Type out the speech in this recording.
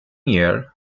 year